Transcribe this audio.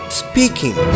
speaking